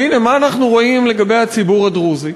והנה, מה אנחנו רואים לגבי הציבור הדרוזי?